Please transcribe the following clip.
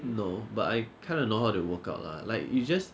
no but I kind of know how they work out lah like you just